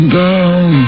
down